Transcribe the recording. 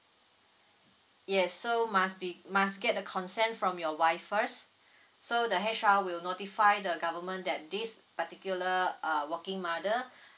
yes so must be must get a consent from your wife first so the H_R will notify the government that this particular uh working mother